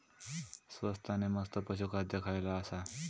स्वस्त आणि मस्त पशू खाद्य खयला आसा?